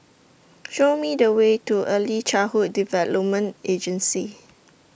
Show Me The Way to Early Childhood Development Agency